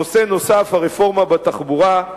נושא נוסף, הרפורמה בתחבורה.